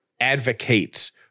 advocates